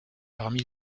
parmi